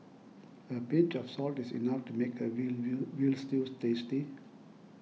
a pinch of salt is enough to make a veal veal Veal Stew tasty